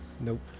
Nope